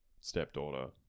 stepdaughter